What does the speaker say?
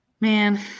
man